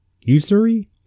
usury